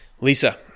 Lisa